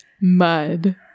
Mud